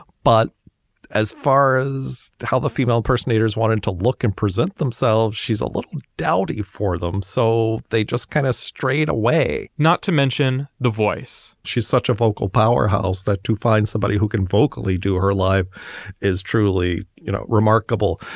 but as far as how the female person daters wanted to look and present themselves, she's a little dowdy for them. so they just kind of straight away, not to mention the voice. she's such a vocal powerhouse that to find somebody who can vocally do her live is truly you know remarkable.